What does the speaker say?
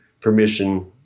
permission